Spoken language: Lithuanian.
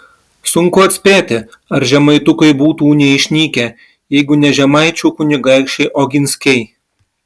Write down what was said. sunku atspėti ar žemaitukai būtų neišnykę jeigu ne žemaičių kunigaikščiai oginskiai